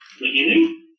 Beginning